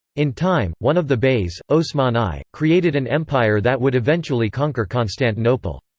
in time, one of the beys, osman i, created an empire that would eventually conquer constantinople.